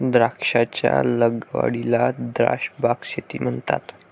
द्राक्षांच्या लागवडीला द्राक्ष बाग शेती म्हणतात